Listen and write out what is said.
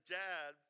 dad